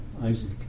Isaac